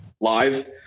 live